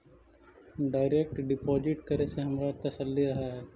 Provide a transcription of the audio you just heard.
direct deposit करे से हमारा तसल्ली रहअ हई